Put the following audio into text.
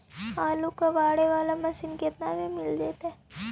आलू कबाड़े बाला मशीन केतना में मिल जइतै?